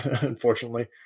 unfortunately